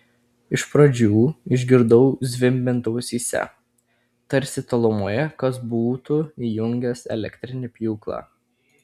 iš pradžių išgirdau zvimbiant ausyse tarsi tolumoje kas būtų įjungęs elektrinį pjūklą